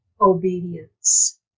obedience